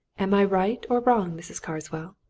am i right or wrong, mrs. carswell?